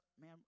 man